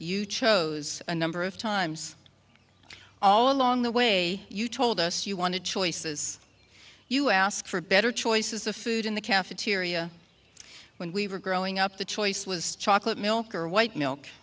you chose a number of times all along the way you told us you wanted choices you asked for better choices of food in the cafeteria when we were growing up the choice was chocolate milk or white milk